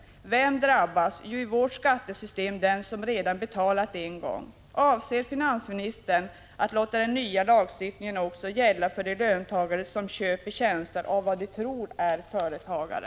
Vem drabbas? Jo, i vårt skattesystem drabbas den som redan betalat en gång. Avser finansministern att låta den nya lagstiftningen också gälla för de löntagare som köper tjänster av vad de tror är företagare?